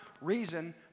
reason